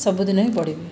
ସବୁଦିନେ ହିଁ ପଢ଼ିବି